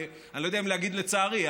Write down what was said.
אני לא יודע אם להגיד "לצערי".